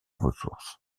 ressources